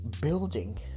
building